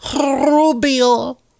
Rubio